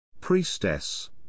Priestess